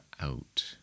out